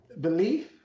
belief